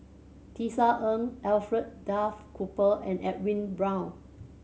Tisa Ng Alfred Duff Cooper and Edwin Brown